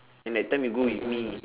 yang that time you go with me